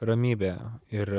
ramybė ir